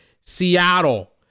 Seattle